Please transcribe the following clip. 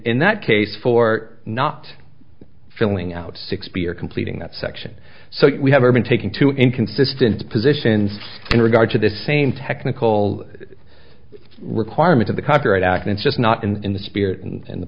in that case for not filling out six p or completing that section so we have been taking to inconsistent positions in regard to the same technical requirement of the copyright act and just not in the spirit and